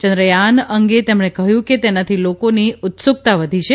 ચંદ્રયાન અગે તેમણે કહ્યુ કે તેનાથી લોકોની ઉત્સુકતા વધી છે